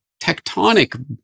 tectonic